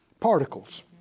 particles